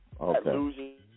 Okay